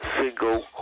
single